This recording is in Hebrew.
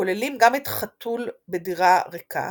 כוללים גם את חתול בדירה ריקה,